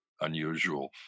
unusual